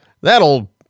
That'll